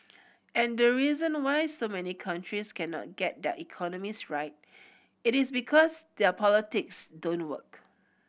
and the reason why so many countries cannot get their economies right it is because their politics don't work